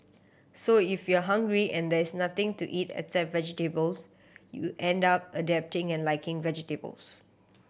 so if you are hungry and there is nothing to eat except vegetables you end up adapting and liking vegetables